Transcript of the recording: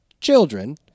children